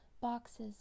boxes